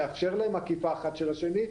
נאפשר להם עקיפה אחד של השני,